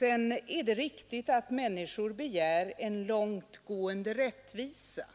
Det är riktigt att människor begär en långtgående rättvisa.